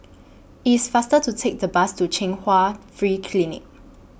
IT IS faster to Take The Bus to Chung Hua Free Clinic